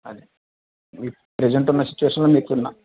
అది ఇప్పుడు ప్రజెంట్ ఉన్న సిచువేషన్లో మీకున్న